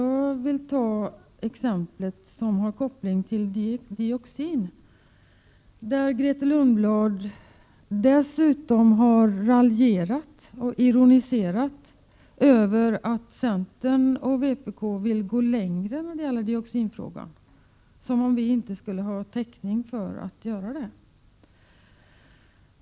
Jag vill anföra ett exempel som har koppling till dioxin; Grethe Lundblad har dessutom raljerat med och ironiserat över att centern och vpk vill gå längre när det gäller dioxinfrågan, som om vi inte skulle ha täckning för det.